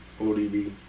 ODB